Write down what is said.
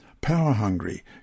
power-hungry